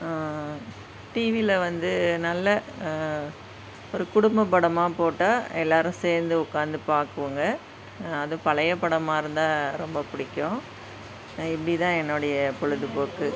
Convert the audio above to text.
டிவியில் வந்து நல்ல ஒரு குடும்பப் படமாக போட்டால் எல்லோரும் சேர்ந்து உட்காந்து பார்க்குவோங்க அது பழைய படமாக இருந்தால் ரொம்ப பிடிக்கும் இப்படி தான் என்னோடய பொழுதுபோக்கு